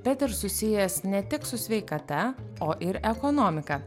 bet ir susijęs ne tik su sveikata o ir ekonomika